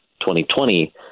2020